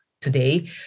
today